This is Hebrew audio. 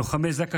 לוחמי זק"א,